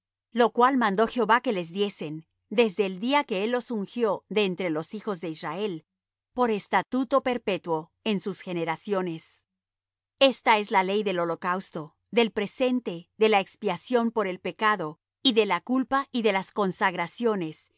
lo cual mandó jehová que les diesen desde el día que él los ungió de entre los hijos de israel por estatuto perpetuo en sus generaciones esta es la ley del holocausto del presente de la expiación por el pecado y de la culpa y de las consagraciones